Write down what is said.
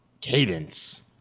Cadence